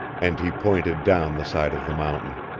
and he pointed down the side of the mountain.